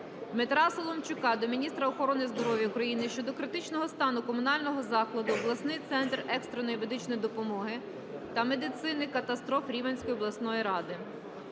Дмитра Соломчука до міністра охорони здоров'я України щодо критичного стану комунального закладу "Обласний центр екстреної медичної допомоги та медицини катастроф" Рівненської обласної ради.